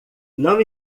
não